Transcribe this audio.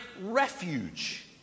refuge